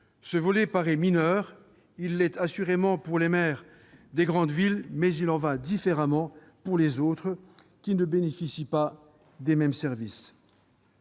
Ce volet paraît mineur. Il l'est assurément pour les maires des grandes villes, mais il en va différemment des autres, qui ne bénéficient pas des mêmes services.